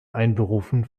einberufen